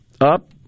up